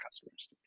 customers